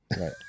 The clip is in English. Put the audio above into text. right